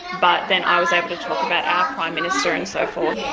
but then i was able to talk about our prime minister and so forth. yeah